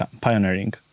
pioneering